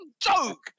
joke